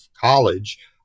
college